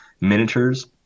miniatures